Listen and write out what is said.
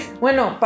Bueno